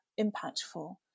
impactful